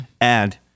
add